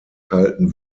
kalten